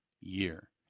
year